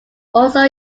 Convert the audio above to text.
also